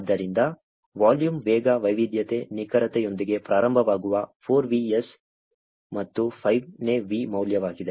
ಆದ್ದರಿಂದ ವಾಲ್ಯೂಮ್ ವೇಗ ವೈವಿಧ್ಯತೆ ನಿಖರತೆಯೊಂದಿಗೆ ಪ್ರಾರಂಭವಾಗುವ 4 Vs ಮತ್ತು 5 ನೇ V ಮೌಲ್ಯವಾಗಿದೆ